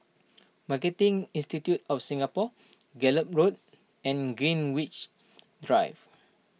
Marketing Institute of Singapore Gallop Road and Greenwich Drive